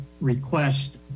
request